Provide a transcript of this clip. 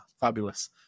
fabulous